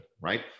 right